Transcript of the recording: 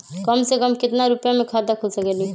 कम से कम केतना रुपया में खाता खुल सकेली?